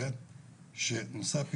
כמו אצלנו